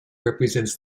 represents